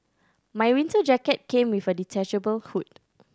my winter jacket came with a detachable hood